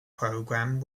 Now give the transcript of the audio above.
program